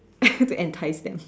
to entice them